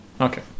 Okay